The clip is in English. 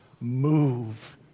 move